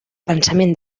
pensament